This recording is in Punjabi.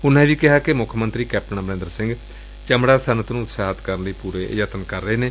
ਉਨਾਂ ਇਹ ਵੀ ਕਿਹਾ ਕਿ ਮੁੱਖ ਮੰਤਰੀ ਕੈਪਟਨ ਅਮਰਿੰਦਰ ਸਿੰਘ ਚਮਤਾ ਸੱਨਅਤ ਨੂੰ ਉਤਸ਼ਾਹਿਤ ਕਰਨ ਲਈ ਪੁਰੇ ਯਤਨ ਕਰ ਰਹੇ ਨੇ